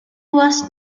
was